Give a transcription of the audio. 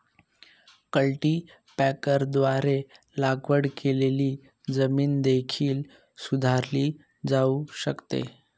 कल्टीपॅकरद्वारे लागवड केलेली जमीन देखील सुधारली जाऊ शकते